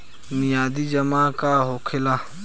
मियादी जमा का होखेला?